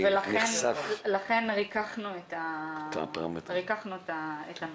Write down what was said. לכן ריככנו את הנוהל.